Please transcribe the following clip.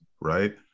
right